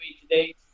today